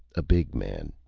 a big man,